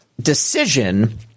decision